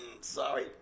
Sorry